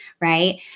right